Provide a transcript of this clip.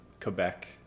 Quebec